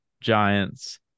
Giants